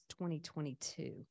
2022